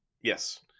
yes